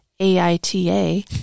A-I-T-A